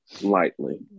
lightly